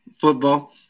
football